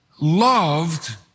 loved